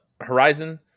horizon